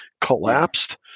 collapsed